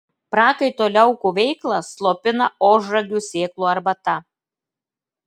prakaito liaukų veiklą slopina ožragių sėklų arbata